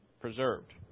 preserved